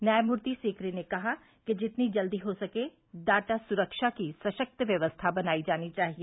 न्यायमूर्ति सीकरी ने कहा कि जितनी जल्दी हो सके डाटा सुरक्षा की सशक्त व्यवस्था बनाई जानी चाहिए